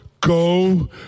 Go